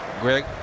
Greg